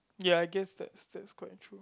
ya I guess that's that's quite true